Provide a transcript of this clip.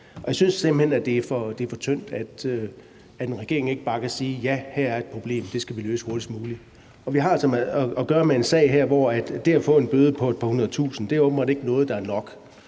Jeg synes simpelt hen, at det er for tyndt, at en regering ikke bare kan sige: Ja, her er et problem, og det skal vi løse hurtigst muligt. Vi har altså at gøre med en sag her, hvor det at få en bøde på et par hundredetusinde åbenbart ikke er noget, der er nok,